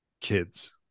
kids